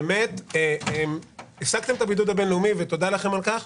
באמת הפסקתם את הבידוד הבין-לאומי ותודה לכם על כך,